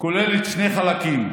כולל שני חלקים: